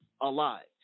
alive